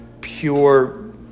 pure